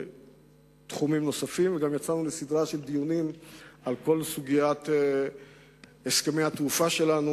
תחומים נוספים וגם יצאנו לסדרת דיונים בכל סוגיית הסכמי התעופה שלנו,